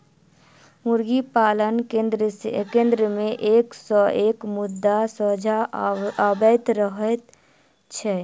मुर्गी पालन केन्द्र मे एक सॅ एक मुद्दा सोझा अबैत रहैत छै